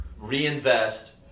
reinvest